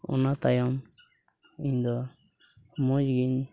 ᱚᱱᱟ ᱛᱟᱭᱚᱢ ᱤᱧᱫᱚ ᱢᱚᱡᱽ ᱜᱤᱧ